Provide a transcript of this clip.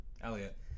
Elliot